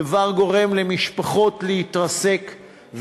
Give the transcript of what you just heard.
הדבר גורם למשפחות להתרסק.